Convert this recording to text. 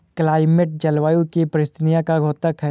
climate जलवायु की परिस्थितियों का द्योतक है